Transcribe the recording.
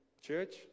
church